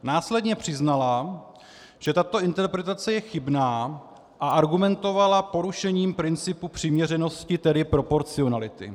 Následně přiznala, že tato interpretace je chybná, a argumentovala porušením principu přiměřenosti, tedy proporcionality.